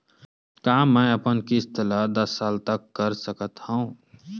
का मैं अपन किस्त ला दस साल तक कर सकत हव?